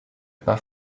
pas